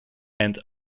and